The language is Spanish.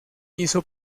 hizo